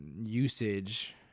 Usage